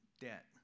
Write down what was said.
debt